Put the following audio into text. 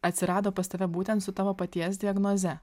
atsirado pas tave būtent su tavo paties diagnoze